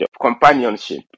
companionship